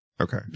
Okay